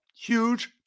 huge